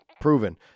proven